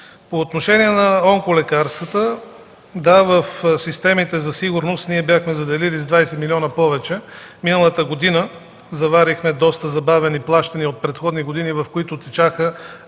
По отношение на онколекарствата – в системите за сигурност бяхме заделили с 20 милиона повече. Миналата година заварихме доста забавени плащания от предходни години, по които течаха